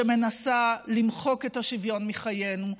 שמנסה למחוק את השוויון מחיינו,